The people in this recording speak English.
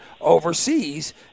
overseas